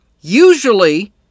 usually